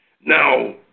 Now